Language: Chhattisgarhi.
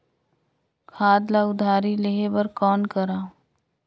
खाद ल उधारी लेहे बर कौन करव?